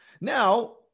Now